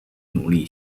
努力